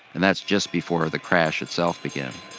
and that's just before the crash itself began.